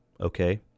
okay